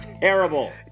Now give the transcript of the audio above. terrible